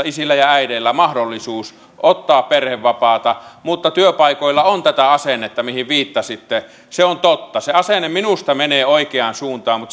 isillä ja äideillä on suomessa mahdollisuus ottaa perhevapaata mutta työpaikoilla on tätä asennetta mihin viittasitte se on totta se asenne minusta menee oikeaan suuntaan